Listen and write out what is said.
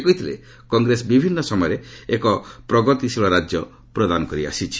ସେ କହିଥିଲେ କଂଗ୍ରେସ ବିଭିନ୍ନ ସମୟରେ ଏକ ପ୍ରଗତିଶୀଳ ରାଜ୍ୟ ପ୍ରଦାନ କରିଆସିଛି